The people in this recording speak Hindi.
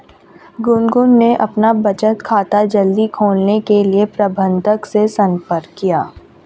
गुनगुन ने अपना बचत खाता जल्दी खोलने के लिए प्रबंधक से संपर्क किया